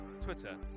Twitter